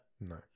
No